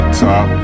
top